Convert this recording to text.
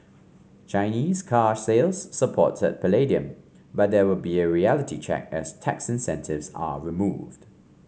Chinese car sales supported palladium but there will a reality check as tax incentives are removed